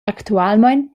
actualmein